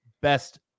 best